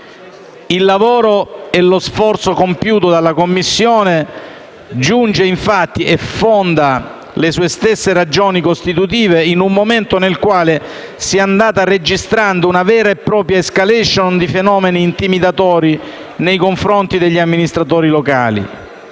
Il lavoro e lo sforzo compiuto dalla Commissione giunge infatti e fonda le sue stesse ragioni costitutive in un momento nel quale si è andata registrando una vera e propria *escalation* di fenomeni intimidatori nei confronti degli amministratori locali.